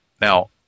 Now